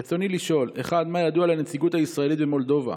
רצוני לשאול: 1. מה ידוע לנציגות הישראלית במולדובה